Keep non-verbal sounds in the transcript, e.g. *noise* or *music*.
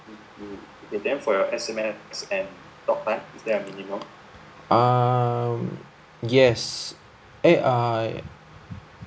*noise* um yes eh I